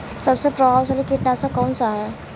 सबसे प्रभावशाली कीटनाशक कउन सा ह?